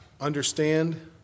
understand